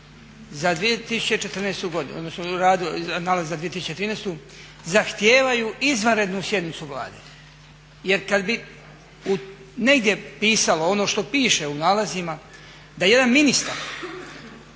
za 2014. godinu, odnosno nalaz za 2013. zahtijevaju izvanrednu sjednicu Vlade, jer kad bi negdje pisalo ono što piše u nalazima da jedan ministar